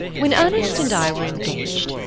when ernest and i were engaged,